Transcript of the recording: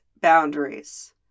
boundaries